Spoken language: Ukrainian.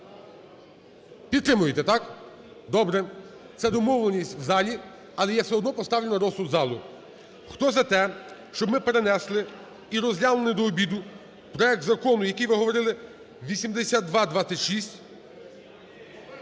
Підтримуєте, так добре, це домовленість в залі, але я все одно поставлю на розсуд залу. Хто за те, щоб ми перенесли і розглянули до обіду проект закону, який ви говорили, 8226?